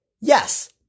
Yes